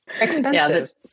expensive